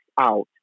out